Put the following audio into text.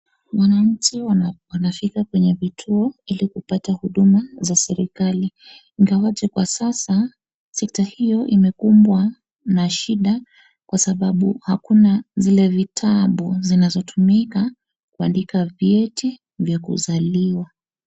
Wananchi wanafika kwenye vituo ili kupata huduma za serikali ingawaje kwa sasa sekta hiyo imekumbwa na shida kwa sababu hakuna zile vitabu zinazotumika kuandika vyeti vya kuzaliwa.